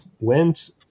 went